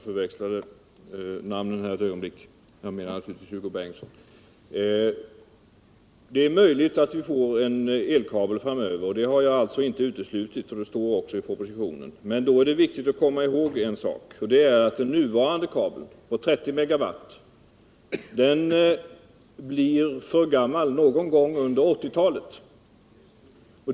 Herr talman! Det är möjligt att vi får en elkabel framöver. Det har jag inte uteslutit, och det står även i propositionen. Men då är det viktigt att komma ihåg en sak, och det är att den nuvarande kabeln, på 30 MW, blir för gammal någon gång under 1980-talet.